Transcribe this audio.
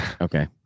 Okay